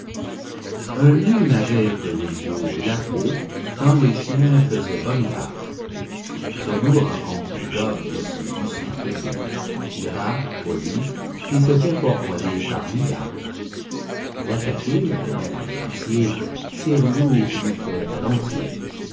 un loup n'avait que les os et la peau tant les chiens faisaient bonne garde ce loup rencontre un dogue aussi puissant que beau gras poli qui s'était fourvoyé par mégarde l'attaquer le mettre en quartiers sire loup l'eût fait volontiers